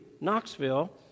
Knoxville